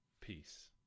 Peace